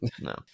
No